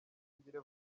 ngire